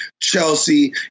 Chelsea